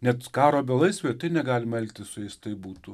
net karo belaisviai negalima elgtis su jais taip būtų